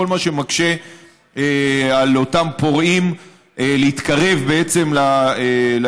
כל מה שמקשה על אותם פורעים להתקרב ליישובים,